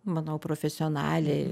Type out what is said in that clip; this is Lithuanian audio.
manau profesionaliai